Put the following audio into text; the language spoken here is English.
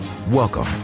Welcome